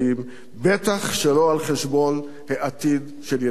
בטח שלא על חשבון העתיד של ילדינו.